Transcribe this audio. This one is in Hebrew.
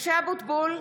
משה אבוטבול,